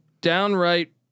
downright